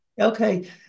Okay